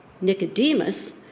Nicodemus